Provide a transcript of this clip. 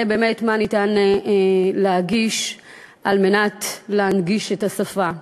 מה ניתן להגיש על מנת להנגיש את השפה.